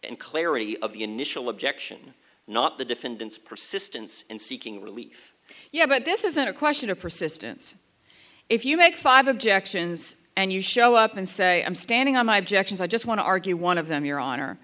and clarity of the initial objection not the defendant's persistence in seeking relief yeah but this isn't a question of persistence if you make five objections and you show up and say i'm standing on my objections i just want to argue one of them your honor